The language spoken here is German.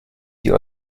die